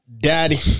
Daddy